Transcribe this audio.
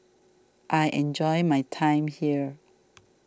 I enjoy my time here